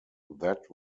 that